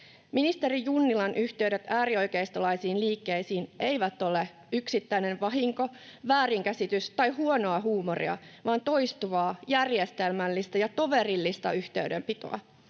Ministeri Junnilan yhteydet äärioikeistolaisiin liikkeisiin eivät ole yksittäinen vahinko, väärinkäsitys tai huonoa huumoria vaan toistuvaa, järjestelmällistä ja toverillista yhteydenpitoa.